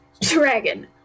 Dragon